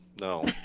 no